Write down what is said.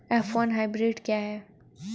F one hybrid क्या है?